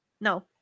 No